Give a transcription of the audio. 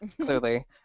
clearly